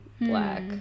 black